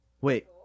Wait